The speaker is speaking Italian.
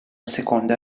seconda